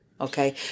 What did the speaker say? Okay